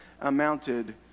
amounted